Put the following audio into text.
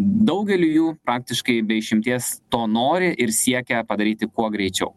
daugeliu jų praktiškai be išimties to nori ir siekia padaryti kuo greičiau